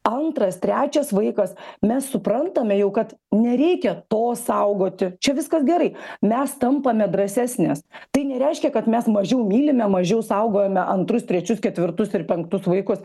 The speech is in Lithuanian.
antras trečias vaikas mes suprantame jau kad nereikia to saugoti čia viskas gerai mes tampame drąsesnės tai nereiškia kad mes mažiau mylime mažiau saugojome antrus trečius ketvirtus ir penktus vaikus